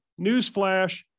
Newsflash